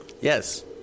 Yes